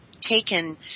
taken